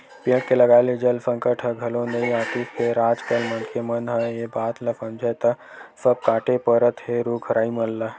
पेड़ के लगाए ले जल संकट ह घलो नइ आतिस फेर आज कल मनखे मन ह ए बात ल समझय त सब कांटे परत हे रुख राई मन ल